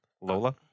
Lola